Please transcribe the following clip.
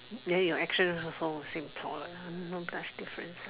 there your action also the same point like no such difference ah